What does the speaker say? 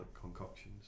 concoctions